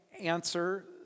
answer